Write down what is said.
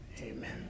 amen